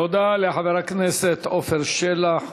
תודה לחבר הכנסת עפר שלח.